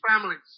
families